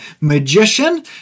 magician